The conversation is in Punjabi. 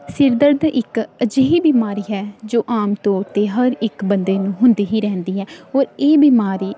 ਸਿਰ ਦਰਦ ਇੱਕ ਅਜਿਹੀ ਬਿਮਾਰੀ ਹੈ ਜੋ ਆਮ ਤੌਰ 'ਤੇ ਹਰ ਇੱਕ ਬੰਦੇ ਨੂੰ ਹੁੰਦੀ ਹੀ ਰਹਿੰਦੀ ਹੈ ਔਰ ਇਹ ਬਿਮਾਰੀ